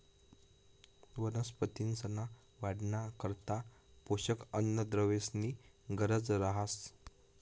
वनस्पतींसना वाढना करता पोषक अन्नद्रव्येसनी गरज रहास